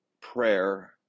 prayer